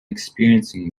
experiencing